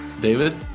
David